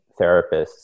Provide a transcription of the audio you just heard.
therapists